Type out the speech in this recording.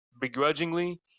begrudgingly